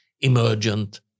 emergent